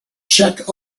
check